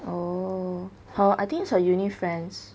oh how I think it's her uni friends